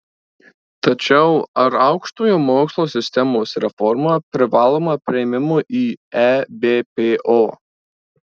tačiau ar aukštojo mokslo sistemos reforma privaloma priėmimui į ebpo